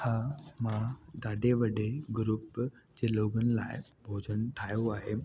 हा मां ॾाढे वॾे ग्रुप लोगनि लाइ भोजन ठाहियो आहे